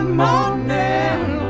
morning